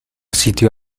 sitio